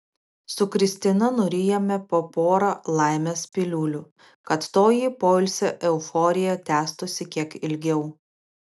su kristina nurijome po porą laimės piliulių kad toji poilsio euforija tęstųsi kiek ilgiau